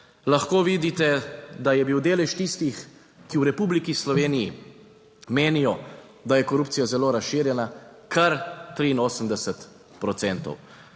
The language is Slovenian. lahko vidite, da je bil delež tistih, ki v Republiki Sloveniji menijo, da je korupcija zelo razširjena, kar 83